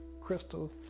Crystal